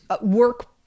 work